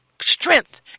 strength